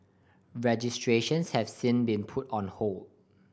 registrations have since been put on hold